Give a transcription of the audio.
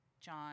John